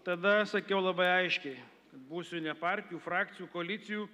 tada sakiau labai aiškiai būsiu ne partijų frakcijų koalicijų